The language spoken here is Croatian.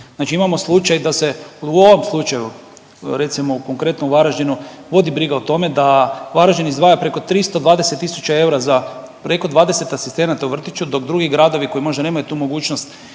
imamo slučaj da se, u ovom slučaju recimo konkretno u Varaždinu vodi briga o tome da Varaždin izdvaja preko 320 tisuća eura za preko 20 asistenata u vrtiću, dok drugi gradovi koji možda nemaju tu mogućnost